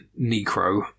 Necro